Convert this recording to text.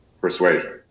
persuasion